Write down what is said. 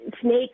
snakes